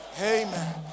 Amen